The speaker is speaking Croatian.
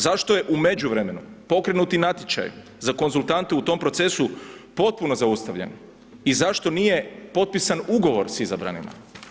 Zašto je u međuvremenu poreknuti natječaj za konzultante u tom procesu potpuno zaustavljen i zašto nije potpisan ugovor sa izabranima?